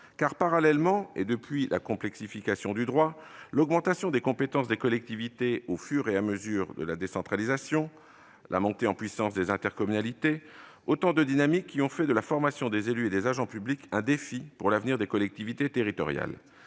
rapport intitulé. Complexification du droit, augmentation des compétences des collectivités au fur et à mesure de la décentralisation, montée des intercommunalités : voilà en effet autant de dynamiques qui ont fait de la formation des élus et des agents publics un défi pour l'avenir des collectivités territoriales.